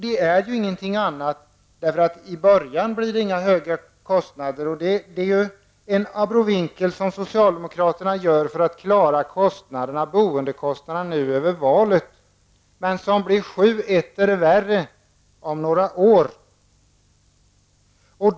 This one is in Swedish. I början blir inte kostnaderna särskilt höga, och det är en abrovinkel som socialdemokraterna gör för att hålla boendekostnaderna nere över nästa års val. Men efter några år blir det etter värre för de boende.